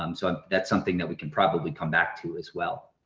um so that's something that we can probably come back to as well.